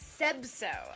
Sebso